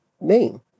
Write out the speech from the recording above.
name